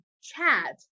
chat